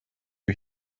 you